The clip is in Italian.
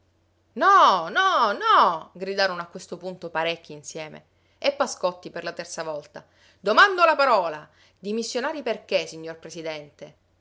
no no no gridarono a questo punto parecchi insieme e pascotti per la terza volta domando la parola dimissionarii perché signor presidente